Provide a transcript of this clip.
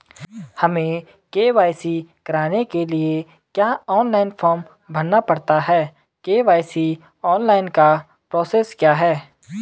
हमें के.वाई.सी कराने के लिए क्या ऑनलाइन फॉर्म भरना पड़ता है के.वाई.सी ऑनलाइन का प्रोसेस क्या है?